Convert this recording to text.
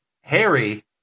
Harry